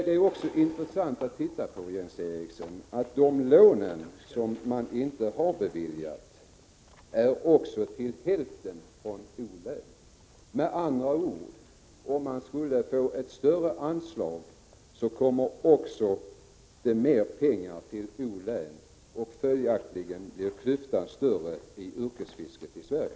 Det är också intressant att de lån som inte har beviljats till hälften faller på O-län. Med andra ord: Om man skulle få ett större anslag så kommer det mera pengar till O-län, och följaktligen blir klyftan än större i yrkesfisket i Sverige.